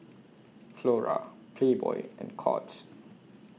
Flora Playboy and Courts